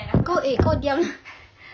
kau eh kau diam